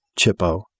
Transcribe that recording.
chippo